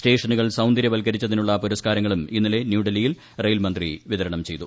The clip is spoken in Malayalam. സ്റ്റേഷനുകൾ സൌന്ദര്യവത്ക്കരിച്ചതിനുളള പുരസ്കാരങ്ങളും ഇന്നലെ ന്യൂഡൽഹിയിൽ റെയിൽ മന്ത്രി വിതരണം ചെയ്തു